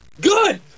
Good